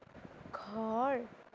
ঘৰ